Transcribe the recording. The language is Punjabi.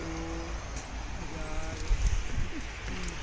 ਦੋ ਹਜ਼ਾਰ ਇੱਕੀ